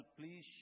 please